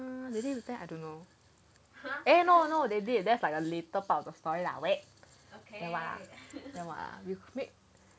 um did they reply I don't know eh no no they did that's like the later part of the story lah wait then what ah then what ah we make